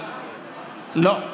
לא.